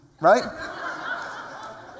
Right